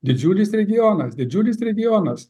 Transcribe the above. didžiulis regionas didžiulis regionas